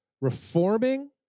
reforming